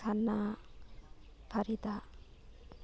ꯁꯅꯥ ꯐꯔꯤꯗꯥ